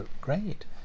great